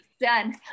done